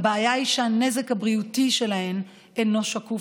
הבעיה היא שהנזק הבריאותי שלהן אינו שקוף